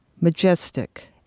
majestic